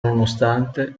nonostante